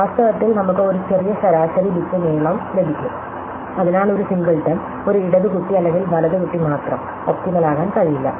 വാസ്തവത്തിൽ നമ്മുക്ക് ഒരു ചെറിയ ശരാശരി ബിറ്റ് നീളം ലഭിക്കും അതിനാൽ ഒരു സിംഗിൾട്ടൺ ഒരു ഇടത് കുട്ടി അല്ലെങ്കിൽ വലത് കുട്ടി മാത്രം ഒപ്റ്റിമൽ ആകാൻ കഴിയില്ല